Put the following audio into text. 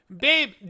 Babe